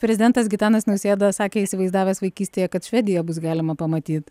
prezidentas gitanas nausėda sakė įsivaizdavęs vaikystėje kad švedija bus galima pamatyt